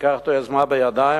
ותיקח את היוזמה בידיים,